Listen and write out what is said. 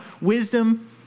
wisdom